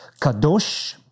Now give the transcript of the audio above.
kadosh